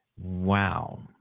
Wow